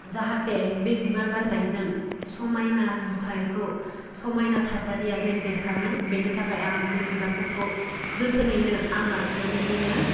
जाहाथे बे बिबार बारनायजों समायना नुथायखौ समायना थासारिया जेन बेरखाङो बेनि थाखाय आं बे बिबारफोरखौ जोथोनैनो आं लाखिनानै दोनो